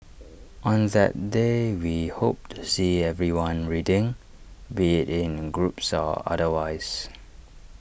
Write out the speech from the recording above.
on that day we hope to see everyone reading be IT in groups or otherwise